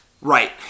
Right